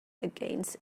against